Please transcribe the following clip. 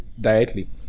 directly